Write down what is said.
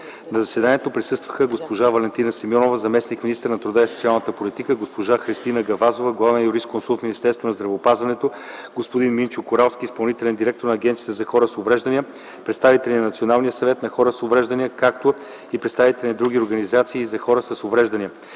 На заседанието присъстваха госпожа Валентина Симеонова, заместник – министър на труда и социалната политика, госпожа Христина Гавазова, главен юрисконсулт в Министерство на здравеопазването, господин Минчо Коралски, изпълнителен директор на Агенцията за хората с увреждания, представители на Националния съвет на хората с увреждания, както и представители на други организации на и за хората с увреждания,